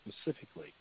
specifically